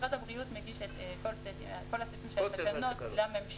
משרד הבריאות מגיש את כל הסטים של התקנות לממשלה.